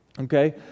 okay